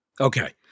Okay